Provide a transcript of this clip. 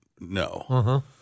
No